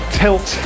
tilt